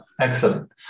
excellent